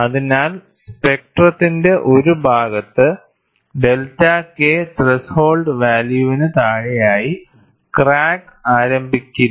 അതിനാൽ സ്പെക്ട്രത്തിന്റെ ഒരു ഭാഗത്ത് ഡെൽറ്റ K ത്രെഷോൾഡ് വാല്യൂവിന് താഴെയായി ക്രാക്ക് ആരംഭിക്കില്ല